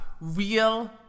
real